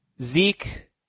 Zeke